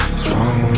strong